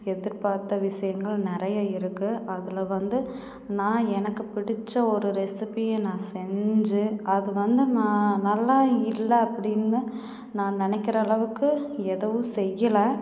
எதிர்பார்த்த விஷயங்கள் நிறைய இருக்கு அதில் வந்து நான் எனக்குப் பிடித்த ஒரு ரெசிபியை நான் செஞ்சு அது வந்து நான் நல்லா இல்லை அப்படின்னு நான் நினைக்கிற அளவுக்கு எதுவும் செய்யலை